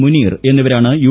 മുനീർ എന്നിവരാണ് യു